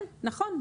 כן, נכון.